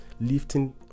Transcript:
lifting